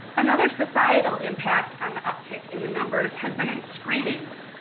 another societal impact on the uptick in the numbers has been in screenings,